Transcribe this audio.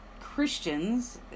Christians